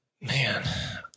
Man